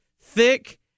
thick